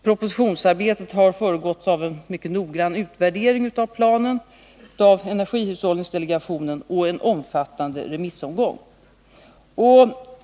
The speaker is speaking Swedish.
Propositionsarbetet har föregåtts av att planen mycket noggrant har utvärderats av energihushållningsdelegationen och en omfattande remissomgång.